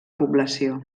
població